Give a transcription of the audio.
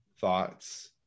thoughts